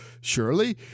surely